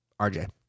RJ